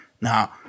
Now